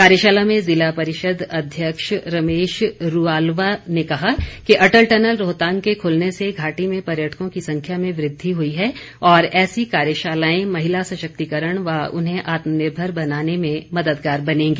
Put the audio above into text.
कार्यशाला में जिला परिषद अध्यक्ष रमेश रूआलवा ने कहा कि अटल टनल रोहतांग के खुलने से घाटी में पर्यटकों की संख्या में वृद्धि हुई है और ऐसी कार्यशालाएं महिला सशक्तिकरण व उन्हें आत्मनिर्भर बनाने में मददगार बनेगी